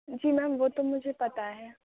جی ma'am وہ تو مجھے پتہ ہے